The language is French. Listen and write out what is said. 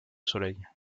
soleil